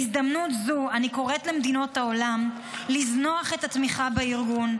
בהזדמנות זו אני קוראת למדינות העולם לזנוח את התמיכה בארגון,